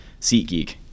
SeatGeek